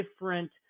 different